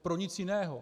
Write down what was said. Pro nic jiného.